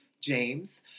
James